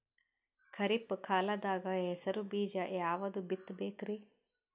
ಖರೀಪ್ ಕಾಲದಾಗ ಹೆಸರು ಬೀಜ ಯಾವದು ಬಿತ್ ಬೇಕರಿ?